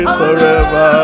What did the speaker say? forever